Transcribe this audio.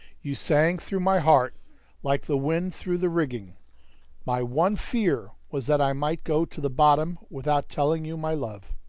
you sang through my heart like the wind through the rigging my one fear was that i might go to the bottom without telling you my love.